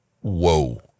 whoa